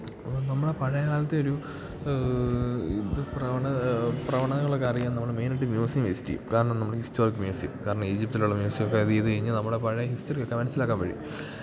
അപ്പം നമ്മൾ ആ പഴയ കാലത്തെ ഒരു ഇത് പ്രവണത പ്രവണതകളൊക്കെ അറിയാൻ നമ്മള് മെയിനായിട്ട് മ്യുസിയം വിസിറ്റ് ചെയ്യും കാരണം നമ്മടെ ഹിസ്റ്റോറിക് മ്യുസിയം കാരണം ഈജിപ്തിൽ ഉള്ള മ്യുസിയമൊക്കെ അത് ചെയ്ത് കഴിഞ്ഞ് നമ്മുടെ പഴയ ഹിസ്റ്ററി ഒക്കെ മനസ്സിലാക്കാൻ കഴിയും